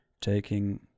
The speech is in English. taking